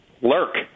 lurk